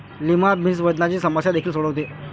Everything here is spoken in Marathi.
लिमा बीन्स वजनाची समस्या देखील सोडवते